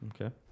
Okay